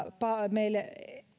meille